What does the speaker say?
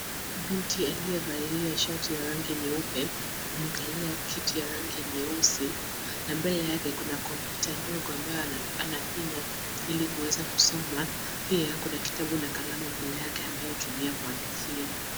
Binti aliyevalia shati ya rangi nyeupe amekalia kiti ya rangi nyeusi na mbele yake kuna kompyuta ndogo ambayo anafinya ili kuweza kusoma. Pia, kuna kitabu na kalamu mbele yake anayotumia kuandikia.